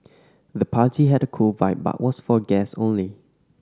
the party had a cool vibe but was for guests only